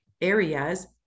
areas